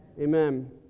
Amen